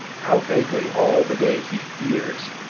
how vaguely all the day he fears,